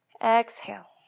Exhale